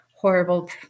horrible